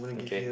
okay